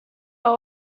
are